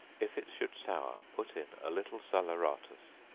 if it should sour, put in a little salaeratus.